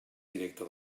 directa